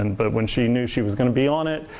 and but when she knew she was going to be on it,